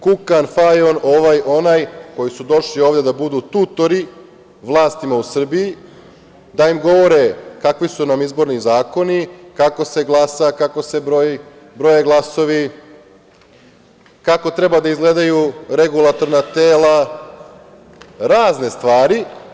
Kuka Fajon, ovaj, onaj, koji su došli ovde da budu tutori vlastima u Srbiji, da im govore kakvi su nam izborni zakoni, kako se glasa, kako se broji, kako se broje glasovi, kako treba da izgledaju regulatorna tela, razne stvari.